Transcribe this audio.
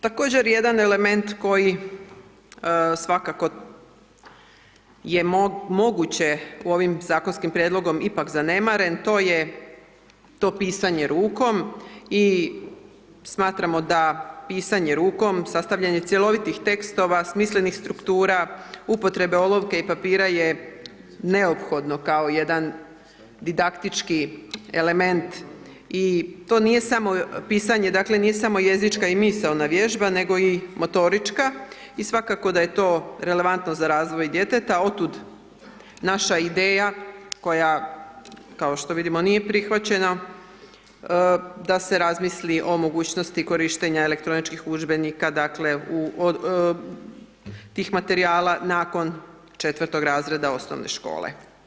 Također jedan element koji svakako je moguće, u ovim zakonskom prijedlogom ipak zanemaren, to je, to pisanje rukom i smatramo da pisanje rukom, sastavljanje cjelovitih tekstova, smislenih struktura, upotrebe olovke i papira je neophodno kao jedan didaktički element i to nije samo, pisanje dakle nije samo jezička i misaona vježba, nego i motorička, i svakako da je to relevantno za razvoj djeteta, od tud naša ideja, koja kao što vidimo nije prihvaćena, da se razmisli o mogućnosti korištenja elektroničkih udžbenika, dakle, tih materijala nakon 4-og razreda osnovne škole.